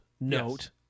note